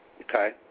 Okay